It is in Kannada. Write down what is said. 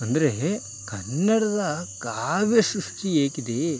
ಅಂದರೇ ಕನ್ನಡದ ಕಾವ್ಯ ಸೃಷ್ಟಿ ಹೇಗಿದೆ